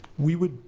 we would,